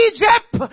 Egypt